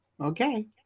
okay